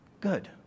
Good